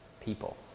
people